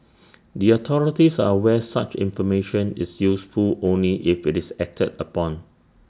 the authorities are aware such information is useful only if IT is acted upon